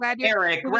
Eric